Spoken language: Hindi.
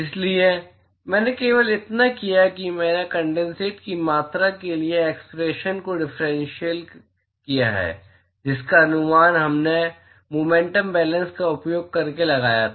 इसलिए मैंने केवल इतना किया है कि मैंने कंडेनसेट की मात्रा के लिए एक्सप्रेशन को डिफ्रेन्शियल किया है जिसका अनुमान हमने मुमेन्टम बैलेन्स का उपयोग करके लगाया था